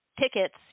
tickets